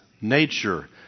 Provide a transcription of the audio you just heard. nature